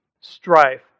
strife